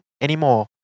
anymore